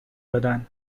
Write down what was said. دادن